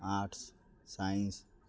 arts science